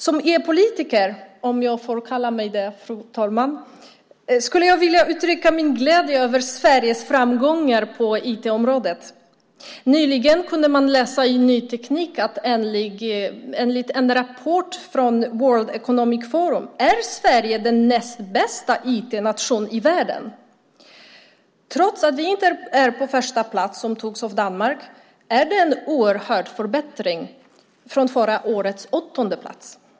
Som e-politiker - om jag får kalla mig det, fru talman - skulle jag vilja uttrycka min glädje över Sveriges framgångar på IT-området. Nyligen kunde man i Ny Teknik läsa att Sverige enligt en rapport från World Economic Forum är den näst bästa IT-nationen i världen. Trots att vi inte är på första plats, som togs av Danmark, är det en oerhörd förbättring från förra årets åttonde plats.